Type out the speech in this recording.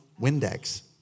Windex